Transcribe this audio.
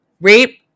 Rape